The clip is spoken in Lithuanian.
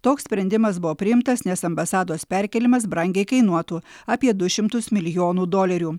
toks sprendimas buvo priimtas nes ambasados perkėlimas brangiai kainuotų apie du šimtus milijonų dolerių